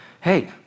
hey